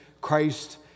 Christ